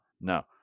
no